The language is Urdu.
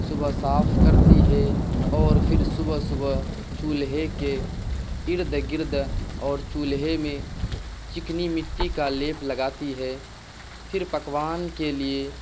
صبح صاف کرتی ہے اور پھر صبح صبح چولہے کے ارد گرد اور چولہے میں چکنی مٹی کا لیپ لگاتی ہے پھر پکوان کے لیے